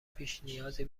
پیشنیازی